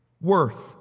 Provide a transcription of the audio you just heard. worth